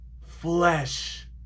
flesh